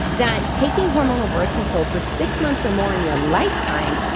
that taking hormonal birth control for six months or more in your lifetime,